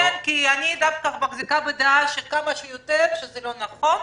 אני דווקא מחזיקה בדעה שכמה שיותר זה לא נכון,